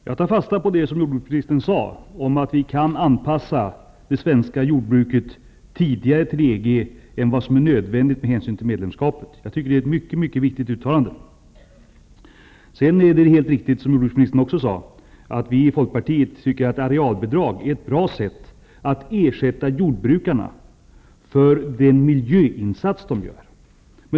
Fru talman! Jag tar fasta på det som jordbruksministern sade, nämligen att vi kan anpassa det svenska jordbruket tidigare till EG än vad som är nödvän digt med hänsyn till medlemskapet. Jag tycker att det är ett mycket viktigt uttalande. Det är helt riktigt, som jordbruksministern sade, att vi i folkpartiet tycker att arealbidrag är ett bra sätt att ersätta jordbrukarna för den miljöinsats som de gör.